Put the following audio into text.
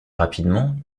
rapidement